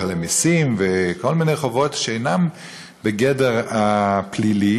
לשלם מסים וכל מיני חובות שאינן בגדר הפלילי.